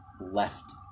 left